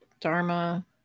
dharma